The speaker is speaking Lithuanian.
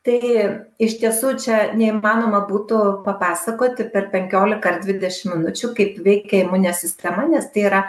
tai iš tiesų čia neįmanoma būtų papasakoti per penkiolika ar dvidešim minučių kaip veikia imuninė sistema nes tai yra